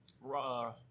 Raw